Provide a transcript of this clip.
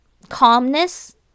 calmness